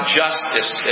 justice